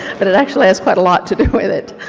but it actually has quite a lot to do with it.